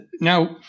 Now